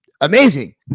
amazing